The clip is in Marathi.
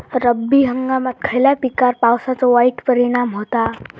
रब्बी हंगामात खयल्या पिकार पावसाचो वाईट परिणाम होता?